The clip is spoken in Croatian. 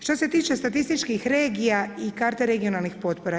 Što se tiče statističkih regija i karte regionalnih potpora.